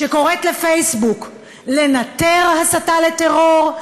שקוראת לפייסבוק לנטר הסתה לטרור,